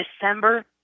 December